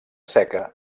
seca